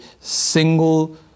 single